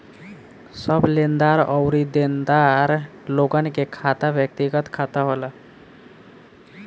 सब लेनदार अउरी देनदार लोगन के खाता व्यक्तिगत खाता होला